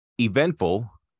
eventful